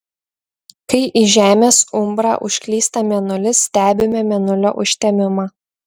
kai į žemės umbrą užklysta mėnulis stebime mėnulio užtemimą